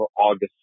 August